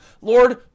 Lord